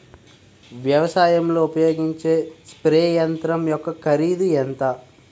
వ్యవసాయం లో ఉపయోగించే స్ప్రే యంత్రం యెక్క కరిదు ఎంత?